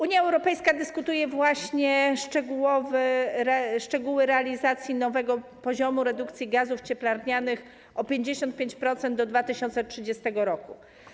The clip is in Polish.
Unia Europejska dyskutuje właśnie nad szczegółami dotyczącymi realizacji nowego poziomu redukcji gazów cieplarnianych o 55% do 2030 r.